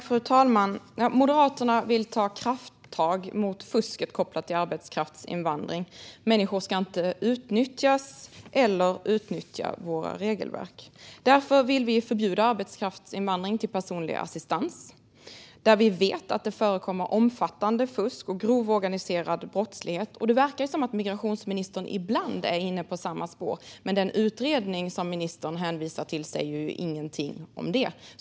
Fru talman! Kristdemokraterna vill ta krafttag mot fusket kopplat till arbetskraftsinvandring. Människor ska inte utnyttjas eller utnyttja våra regelverk. Därför vill vi förbjuda arbetskraftsinvandring till personlig assistans, där vi vet att det förekommer omfattande fusk och grov organiserad brottslighet. Det verkar som att migrationsministern ibland är inne på samma spår, men den utredning som ministern hänvisar till säger ingenting om det.